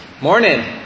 Morning